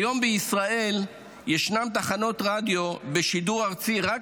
כיום בישראל ישנן תחנות רדיו בשידור ארצי רק